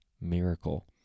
miracle